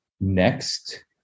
Next